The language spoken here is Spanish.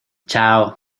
chao